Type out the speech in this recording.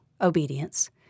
obedience